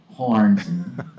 horns